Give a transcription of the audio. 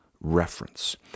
reference